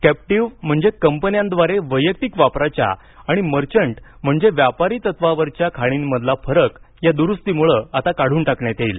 captive म्हणजे कंपन्यांद्वारे वैयक्तिक वापराच्या आणि मर्चंट म्हणजे व्यापारी तत्वावरील खाणींमधील फरक या दुरूस्तीमुळे आता काढून टाकण्यात येईल